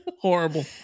Horrible